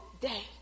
day